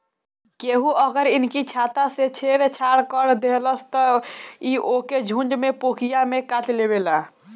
केहू अगर इनकी छत्ता से छेड़ छाड़ कर देहलस त इ ओके झुण्ड में पोकिया में काटलेवेला